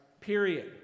period